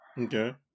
Okay